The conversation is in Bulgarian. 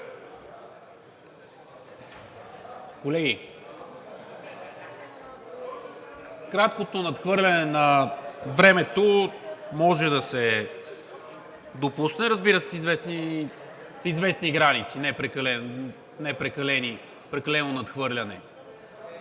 Колеги, краткото надхвърляне на времето може да се допусне, разбира се, в известни граници, не прекалено надхвърляне,